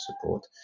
support